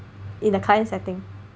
in the client setting